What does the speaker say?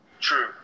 True